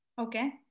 Okay